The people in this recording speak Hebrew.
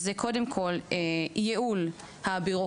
זה קודם כל ייעול הבירוקרטיות.